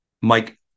Mike